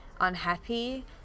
unhappy